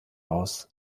aus